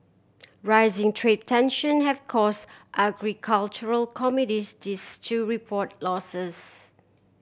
rising trade tension have cause agricultural report losses